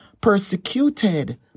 Persecuted